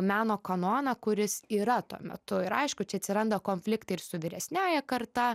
meno kanoną kuris yra tuo metu ir aišku čia atsiranda konfliktai ir su vyresniąja karta